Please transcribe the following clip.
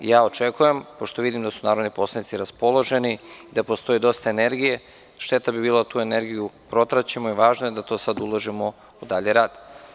Pošto vidim da su narodni poslanici raspoloženi očekujem dapostoji dosta energije i šteta bi bila da tu energiju protraćimo i važno je da to sad uložimo u dalji rad.